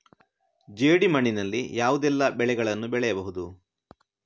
ಜೇಡಿ ಮಣ್ಣಿನಲ್ಲಿ ಯಾವುದೆಲ್ಲ ಬೆಳೆಗಳನ್ನು ಬೆಳೆಯಬಹುದು?